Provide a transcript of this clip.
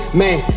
man